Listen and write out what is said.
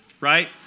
right